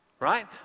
right